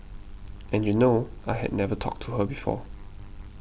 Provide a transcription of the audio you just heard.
and you know I had never talked to her before